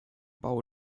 bau